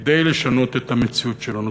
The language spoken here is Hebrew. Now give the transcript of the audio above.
כדי לשנות את המציאות שלנו.